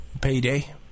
payday